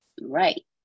Right